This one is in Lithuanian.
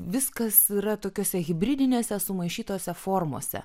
viskas yra tokiuose hibridiniuose sumaišytose formose